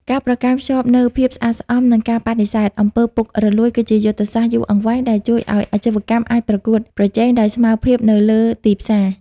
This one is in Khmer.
ការប្រកាន់ខ្ជាប់នូវភាពស្អាតស្អំ និងការបដិសេធ អំពើពុករលួយ គឺជាយុទ្ធសាស្ត្រយូរអង្វែងដែលជួយឱ្យអាជីវកម្មអាចប្រកួតប្រជែងដោយស្មើភាពនៅលើទីផ្សារ។